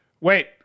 Wait